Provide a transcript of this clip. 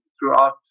throughout